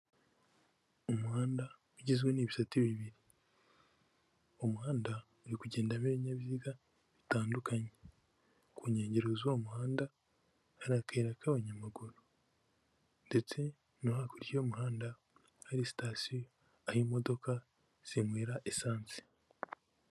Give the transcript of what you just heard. Umuhanda ugizwe n'ibisate bibiri, umuhanda uri kugendamo ibinyabiziga bitandukanye, ku nkengero z'uwo muhanda hari akayira k'abanyamaguru ndetse no hakurya y'umuhanda hari sitasiyo, aho imodoka zinywera esanse.